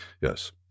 Yes